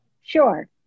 Sure